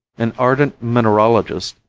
an ardent mineralogist,